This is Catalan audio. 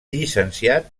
llicenciat